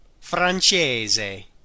Francese